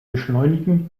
beschleunigen